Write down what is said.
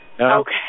Okay